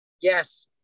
yes